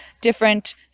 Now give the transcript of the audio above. different